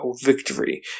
victory